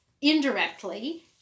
indirectly